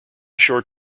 short